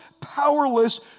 powerless